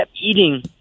eating